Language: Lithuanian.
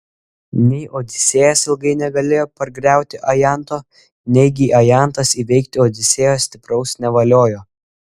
nei odisėjas ilgai negalėjo pargriauti ajanto neigi ajantas įveikti odisėjo stipraus nevaliojo